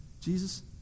Jesus